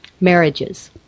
Marriages